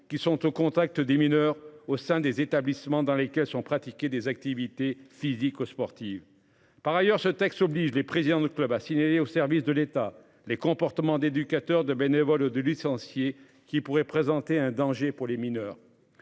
qui sont au contact des mineurs au sein des établissements dans les caisses sont pratiquer des activités physiques aux sportive par ailleurs ce texte oblige les présidents de club signaler aux services de l'État, les comportements d'éducateurs de bénévoles de licencier, qui pourrait présenter un danger pour les mineurs.